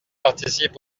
participe